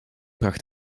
bracht